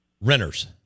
renters